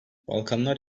balkanlar